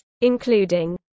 including